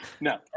No